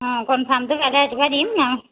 অঁ কনফাৰ্মটো কাইলৈ ৰাতিপুৱা দিম